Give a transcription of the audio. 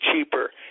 cheaper